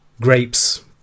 grapes